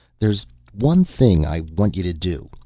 there's one thing i want you to do.